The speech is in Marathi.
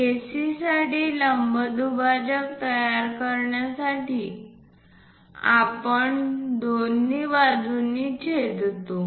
AC साठी लंब दुभाजक तयार करण्यासाठी आपण दोन्ही बाजूंनी छेदतो